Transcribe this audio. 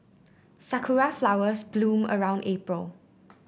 Sakura flowers bloom around April